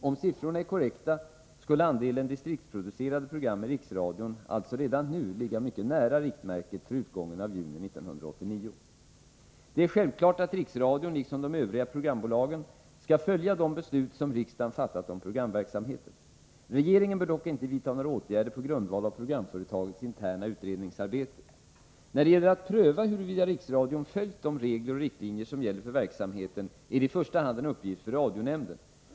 Om siffrorna är korrekta skulle andelen distriktsproducerade program i Riksradion alltså redan nu ligga mycket nära riktmärket för utgången av juni 1989. Det är självklart att Riksradion, liksom de övriga programbolagen, skall följa de beslut som riksdagen fattat om programverksamheten. Regeringen bör dock inte vidta några åtgärder på grundval av programföretagets interna utredningsarbete. Att pröva huruvida Riksradion följt de regler och riktlinjer som gäller för verksamheten är i första hand en uppgift för radionämnden.